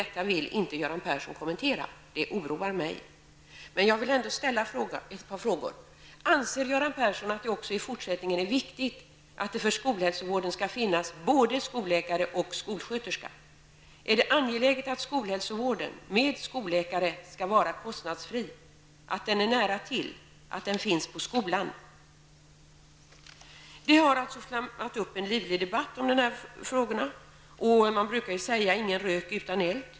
Detta vill inte Göran Persson kommentera, och det oroar mig. Jag vill ställa ett par frågor: Anser Göran Persson att det också i fortsättningen är viktigt att det för skolhälsovården skall finnas både skolläkare och skolsköterska? Är det angeläget att skolhälsovården, med skolläkare, skall vara kostnadsfri, att den är nära till och att den finns på skolan? Det har blossat upp en livlig debatt om dessa frågor. Man brukar ju säga: Ingen rök utan eld.